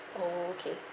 oh okay